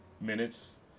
minutes